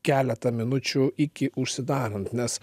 keletą minučių iki užsidarant nes